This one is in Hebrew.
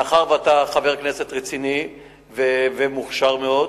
מאחר שאתה חבר כנסת רציני ומוכשר מאוד,